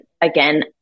again